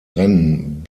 rennen